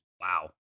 wow